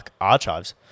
Archives